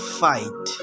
fight